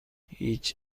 هیچ